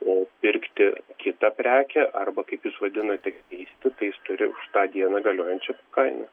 o pirkti kitą prekę arba kaip jūs vadinate keisti tai jis turi už tą dieną galiojančią kainą